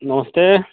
नमस्ते